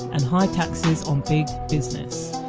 and high taxes on big business.